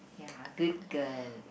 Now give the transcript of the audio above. ya good girl